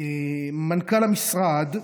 מנכ"ל המשרד,